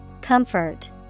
Comfort